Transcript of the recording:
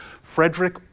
Frederick